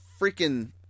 freaking